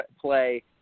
play